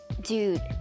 Dude